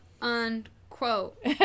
unquote